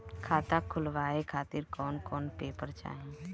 खाता खुलवाए खातिर कौन कौन पेपर चाहीं?